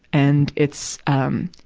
and it's, um,